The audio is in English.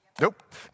nope